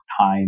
time